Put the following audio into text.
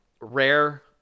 Rare